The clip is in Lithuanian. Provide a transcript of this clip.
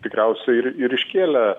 tikriausiai ir ir iškėlė